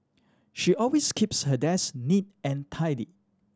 she always keeps her desk neat and tidy